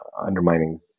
undermining